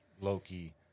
Loki